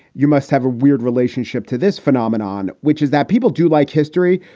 you must have a weird relationship to this phenomenon, which is that people do like history,